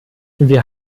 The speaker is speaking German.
wir